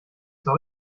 doch